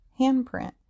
handprint